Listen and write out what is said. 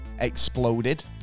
Exploded